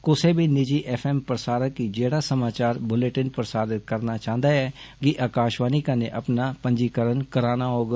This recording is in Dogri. कुसै बी निजी एफ एम प्रसारक गी जेड़ा समाचार बुलेटन प्रसारित करना चाहन्दा ऐ गी आकाषवाणी कन्नै अपना पंजीकरण करना होग